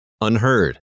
Unheard